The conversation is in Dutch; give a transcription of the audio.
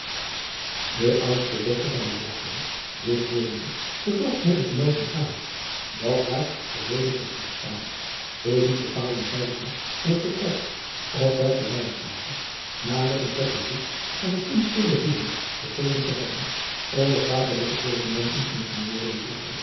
de oudste dochter van durazoo dit hoorende verzocht mede te mogen gaan dat haar gereedelijk werd toegestaan tevens bepaalden zij den dag van het vertrek op welken lijnslager na nog een kort bezoek aan den kunstschilder rubbens gegeven te hebben onder vaderlijke zegenwenschen van